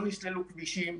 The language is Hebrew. לא נסללו כבישים,